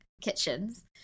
kitchens